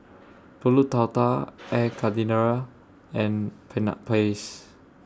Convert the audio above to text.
Pulut Tatal Air Karthira and Peanut Paste